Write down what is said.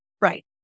Right